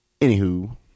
Anywho